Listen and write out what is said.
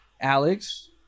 Alex